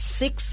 six